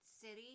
City